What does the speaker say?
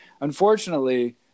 unfortunately